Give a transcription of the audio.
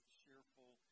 cheerful